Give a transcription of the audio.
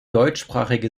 deutschsprachige